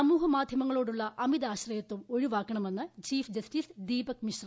സമൂഹ മാധ്യമങ്ങളോടുള്ള അമിതാശ്രയത്വം ഒഴിവാക്കണമെന്ന് ചീഫ് ജസ്റ്റിസ്ട് ദീപക് മിശ്ര